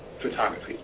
photography